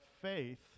faith